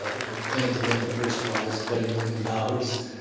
ah we plan to win the first prize, twenty million dollars,